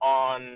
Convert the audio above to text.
on